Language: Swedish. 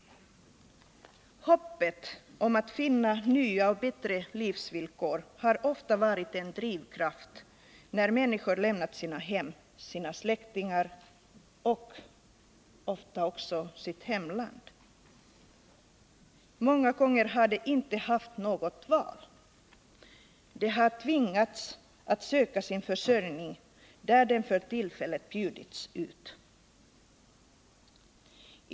Hoppet om att finna nya och bättre livsvillkor har ofta varit en drivkraft när människor har lämnat sina hem, sina släktingar och sitt hemland. Många gånger har de inte haft något val. De har tvingats att söka sin försörjning där den för tillfället har bjudits dem.